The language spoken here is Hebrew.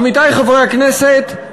עמיתי חברי הכנסת,